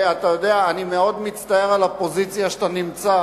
אתה יודע, אני מאוד מצטער על הפוזיציה שאתה נמצא